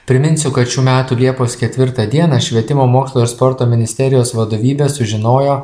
priminsiu kad šių metų liepos ketvirtą dieną švietimo mokslo ir sporto ministerijos vadovybė sužinojo